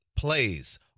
plays